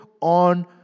on